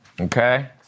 Okay